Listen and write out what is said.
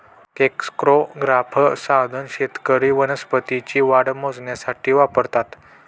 crescograph साधन शेतकरी वनस्पतींची वाढ मोजण्यासाठी वापरतात